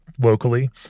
locally